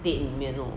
date 里面 lor